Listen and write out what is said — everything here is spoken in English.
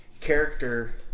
character